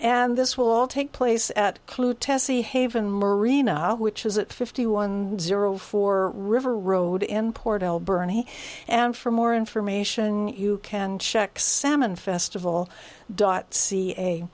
and this will all take place at clue tessy haven marina which is at fifty one zero four river road in port alberni and for more information you can check salmon festival dot c